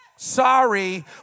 Sorry